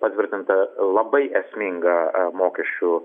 patvirtinta labai esminga mokesčių